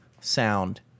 sound